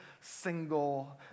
single